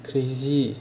crazy